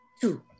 Two